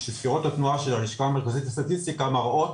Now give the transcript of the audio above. כשספירות התנועה של הלשכה המרכזית לסטטיסטיקה מראות